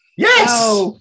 Yes